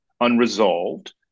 unresolved